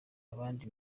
abandi